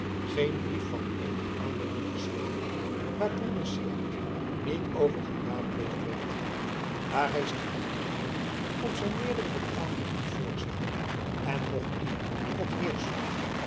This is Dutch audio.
geen brief van eenig aanbelang geschreven waar broeder syard niet over geraadpleegd werd daar hij zich echter nooit op zijn meerdere bekwaamheid liet voorstaan en noch eer noch